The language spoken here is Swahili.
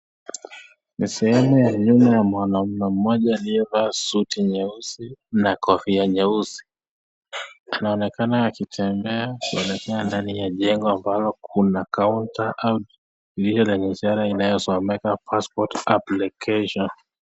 Ni sehemu ya nyuma ya mwanaume mmoja aliye Vaa suti na kofia nyeusi. Anaonekana akitembea akielekea kwa jengo ambalo kuna (counter) au jina lenye ishara inayosomeka "passport application".